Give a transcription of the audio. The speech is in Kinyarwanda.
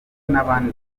n’abandi